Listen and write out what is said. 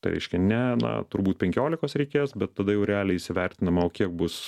tai reiškia ne na turbūt penkiolikos reikės bet tada jau realiai įsivertinama o kiek bus